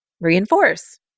reinforce